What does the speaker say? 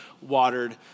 watered